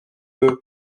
eux